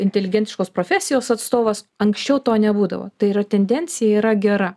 inteligentiškos profesijos atstovas anksčiau to nebūdavo tai yra tendencija yra gera